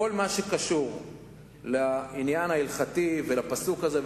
כל מה שקשור לעניין ההלכתי ולפסוק הזה,